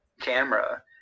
camera